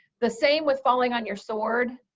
the same with falling on your sword.